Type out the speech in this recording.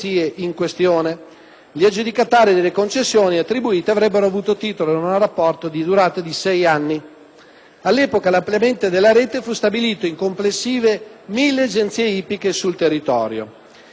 Gli aggiudicatari delle concessioni in tal modo attribuite avrebbero avuto titolo ad un rapporto della durata di sei anni. All'epoca, l'ampliamento della rete fu stabilito in complessive 1.000 agenzie ippiche sul territorio.